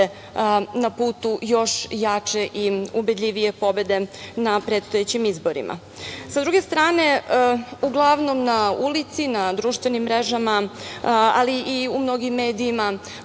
na putu još jače i ubedljivije pobede na predstojećim izborima.S druge strane, uglavnom na ulici, na društvenim mrežama, ali i u mnogim medijima